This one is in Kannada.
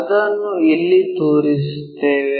ಅದನ್ನು ಇಲ್ಲಿ ತೋರಿಸುತ್ತೇವೆ